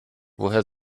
woher